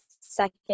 second